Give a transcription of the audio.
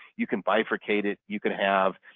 you can bifurcate it, you could have